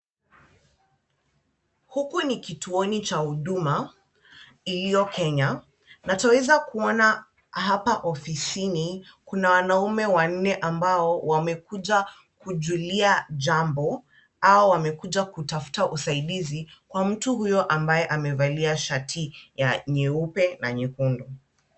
Huku ni kituoni cha huduma, iliyo Kenya. Na twaweza kuona hapa ofisini kuna wanaume wanne ambao wamekuja kujulia jambo au wamekuja kutafuta usaidizi kwa mtu huyo ambaye amevalia shati ya nyeupe na nyekundu.